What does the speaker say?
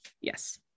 yes